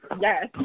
Yes